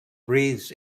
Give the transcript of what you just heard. breathes